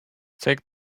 take